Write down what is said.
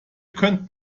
könnt